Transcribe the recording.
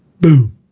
Boom